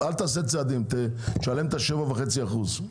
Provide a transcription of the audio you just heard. אל תעשה צעדים, תשלם את ה-7.5%.